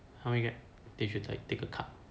if you like take take a cup